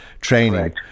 training